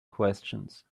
questions